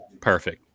Perfect